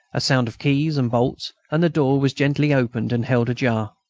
a sound of keys and bolts, and the door was gently opened and held ajar.